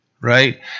Right